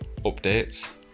updates